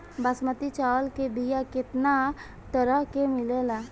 बासमती चावल के बीया केतना तरह के मिलेला?